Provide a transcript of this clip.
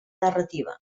narrativa